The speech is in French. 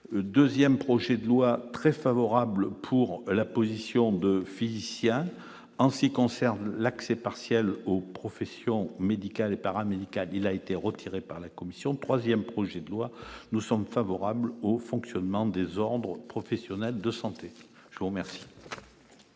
le 2ème projet de loi très favorable pour la position de physiciens en ce qui concerne l'accès partiel aux professions médicales et paramédicales, il a été retiré par la commission 3ème projet de loi, nous sommes favorables au fonctionnement des ordres professionnels de santé maire.